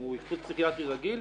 הוא אשפוז פסיכיאטרי רגיל.